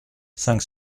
cinq